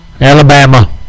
Alabama